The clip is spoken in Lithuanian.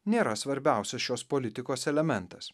nėra svarbiausias šios politikos elementas